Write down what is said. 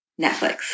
Netflix